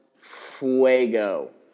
Fuego